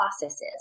processes